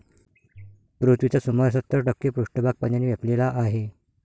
पृथ्वीचा सुमारे सत्तर टक्के पृष्ठभाग पाण्याने व्यापलेला आहे